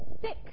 sick